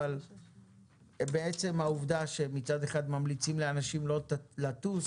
אבל בעצם העובדה שמצד אחד ממליצים לאנשים לא לטוס,